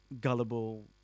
gullible